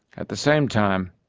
at the same time,